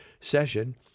session